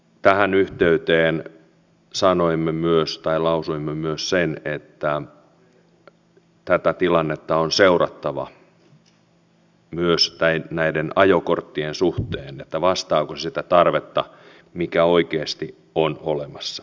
tähän yhteyteen lausuimme myös sen että tätä tilannetta on seurattava myös näiden ajokorttien suhteen että vastaako se sitä tarvetta mikä oikeasti on olemassa